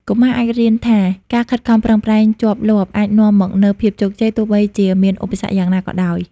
កុមារអាចរៀនថា ការខិតខំប្រឹងប្រែងជាប់លាប់ អាចនាំមកនូវភាពជោគជ័យ ទោះបីជាមានឧបសគ្គយ៉ាងណាក៏ដោយ។